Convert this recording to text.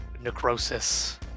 necrosis